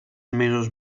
mesos